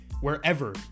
wherever